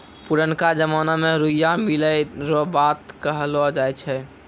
पुरनका जमाना मे रुइया मिलै रो बात कहलौ जाय छै